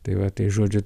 tai va tai žodžiu